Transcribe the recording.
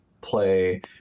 play